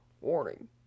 Warning